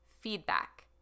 feedback